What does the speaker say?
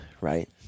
right